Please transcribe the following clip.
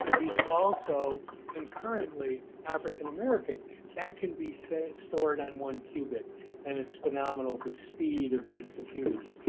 he's also concurrently african american that can be so stored on one qubit and it's phenomenal the speed of these computers.